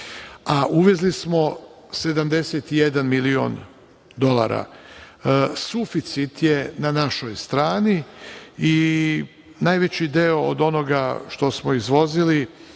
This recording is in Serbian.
a uvezli smo 71 miliona dolara. Suficit je na našoj strani i najveći deo od onoga što smo izvozili